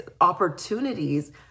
opportunities